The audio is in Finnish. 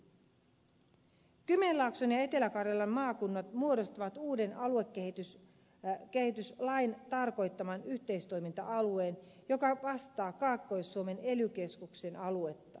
kymenlaakson ja etelä karjalan maakunnat muodostavat uuden aluekehityslain tarkoittaman yhteistoiminta alueen joka vastaa kaakkois suomen ely keskuksen aluetta